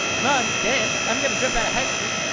mum, dad, i'm gonna drop outta high school